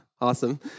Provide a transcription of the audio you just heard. awesome